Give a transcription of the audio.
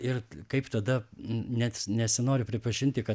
ir kaip tada net nesinori pripažinti kad